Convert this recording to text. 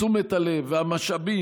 תשומת הלב והמשאבים,